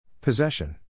Possession